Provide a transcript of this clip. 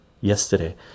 yesterday